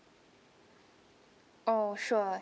oh sure